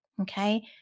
okay